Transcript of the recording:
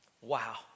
Wow